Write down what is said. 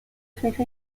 فکر